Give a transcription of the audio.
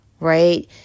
right